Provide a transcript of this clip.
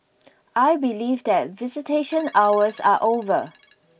I believe that visitation hours are over